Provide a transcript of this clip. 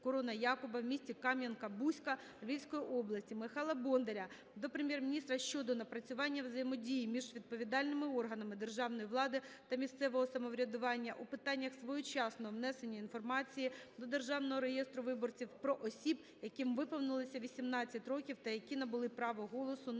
"Корона Якуба" в місті Кам'янка-Бузька Львівської області. Михайла Бондаря до Прем'єр-міністра щодо напрацювання взаємодії між відповідальними органами державної влади та місцевого самоврядування у питаннях своєчасного внесення інформації до державного реєстру виборців про осіб, яким виповнилося 18 років та які набули право голосу